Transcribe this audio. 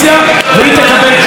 והיא תקבל תשובה.